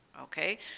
Okay